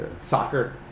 soccer